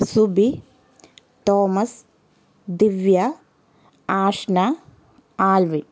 Subi Thomas Divya Ashna Alvin